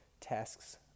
tasks